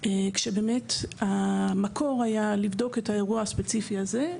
כשבאמת המקור היה לבדוק את האירוע הספציפי הזה,